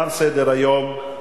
תם סדר-היום,